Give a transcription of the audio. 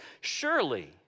Surely